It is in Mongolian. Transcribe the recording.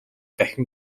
дахин